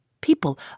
People